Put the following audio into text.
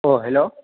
hello